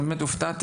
אבל באמת הופתעתי.